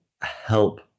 help